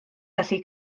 gallu